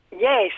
Yes